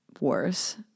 worse